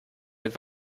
mit